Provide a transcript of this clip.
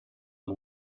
and